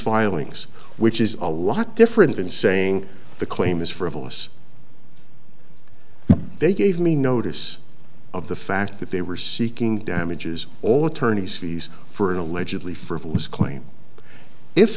filings which is a lot different than saying the claim is frivolous they gave me notice of the fact that they were seeking damages all attorneys fees for an allegedly frivolous claim i